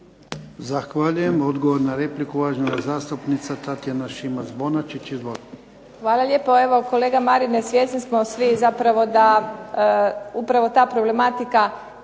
Zahvaljujem. Odgovor na repliku uvažena zastupnica Tatjana Šimac-Bonačić. Izvolite. **Šimac Bonačić, Tatjana (SDP)** Hvala lijepo. Evo kolega Marine svjesni smo svi zapravo da upravo ta problematika